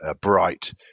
bright